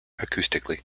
acoustically